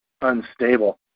unstable